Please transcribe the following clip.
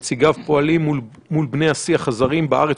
נציגיו פועלים מול בני השיח הזרים בארץ